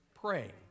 praying